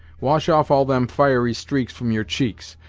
wash off all them fiery streaks from your cheeks,